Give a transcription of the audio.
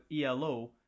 ELO